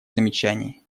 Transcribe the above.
замечаний